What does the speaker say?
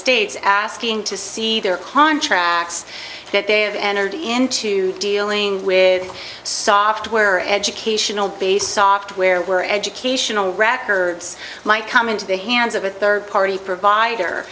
states asking to see their contracts that they have entered into dealing with software educational based software or educational records might come into the hands of a third party provider